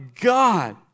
God